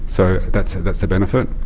so that's that's a benefit.